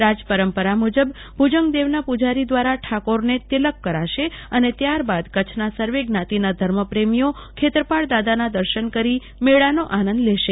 રાજપરંપરા મુજબ ભુજંગ દેવના પુજારી દ્વારા ઠાકોર ને તિલક કરશે અને ત્યાર બાદ કચ્છના સર્વે જ્ઞાતિના ધર્મપ્રેમીઓ ખેતાર્પાલ દાદાના દર્શન કરી મેદાનો આનંદ લેશે